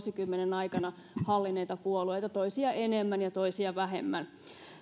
yli vuosikymmenen aikana hallinneita puolueita toisia enemmän ja toisia vähemmän